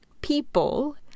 people